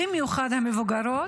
במיוחד המבוגרות,